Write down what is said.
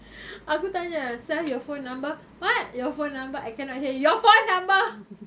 aku tanya sir your phone number what your phone number I cannot hear your phone number